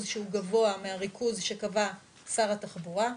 שהוא גבוה מהריכוז שקבע שר התחבורה.